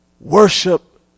Worship